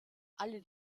alle